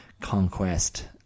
conquest